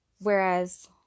whereas